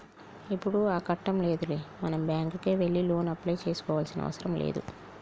ఇప్పుడు ఆ కట్టం లేదులే మనం బ్యాంకుకే వెళ్లి లోను అప్లై చేసుకోవాల్సిన అవసరం లేదు